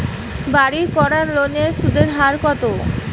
বাড়ির করার লোনের সুদের হার কত?